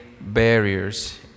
barriers